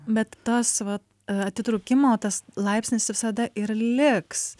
bet tos va atitrūkimo tas laipsnis visada ir liks